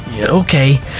okay